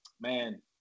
man